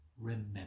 remember